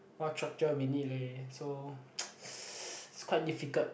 what structure we need leh so it's quite difficult